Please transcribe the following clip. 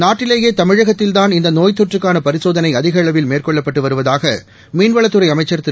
நாட்டிலேயே தமிழகத்தில்தான் இந்த நோய்த் தொற்றுக்கான பரிசோதனை அதிக அளவில் மேற்கொள்ளப்பட்டு வருவதாக மீன்வளத்துறை அமைச்சர் திரு